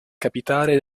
capitale